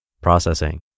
Processing